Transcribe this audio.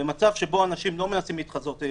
במצב שבו אנשים לא מנסים להתחזות - אנחנו